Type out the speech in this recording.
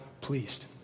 pleased